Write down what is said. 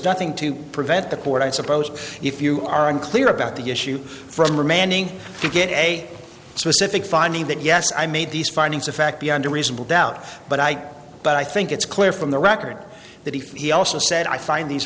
nothing to prevent the court i suppose if you are unclear about the issue from remanding to get a specific finding that yes i made these findings of fact beyond a reasonable doubt but i but i think it's clear from the record that he also said i find these